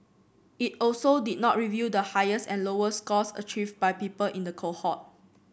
it also did not reveal the highest and lowest scores achieved by people in the cohort